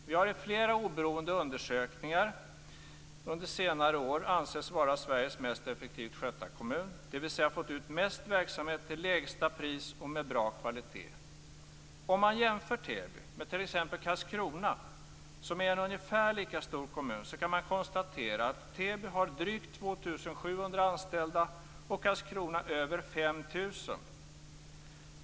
Täby har i flera oberoende undersökningar under senare år ansetts vara Sveriges mest effektivt skötta kommun, dvs. fått ut mest verksamhet till lägsta pris och med bra kvalitet. Om man jämför Täby med t.ex. Karlskrona, som är en ungefär lika stor kommun, kan man konstatera att Täby har drygt 2 700 anställda och Karlskrona över 5 000.